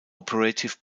operative